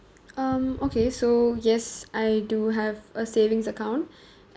um okay so yes I do have a savings account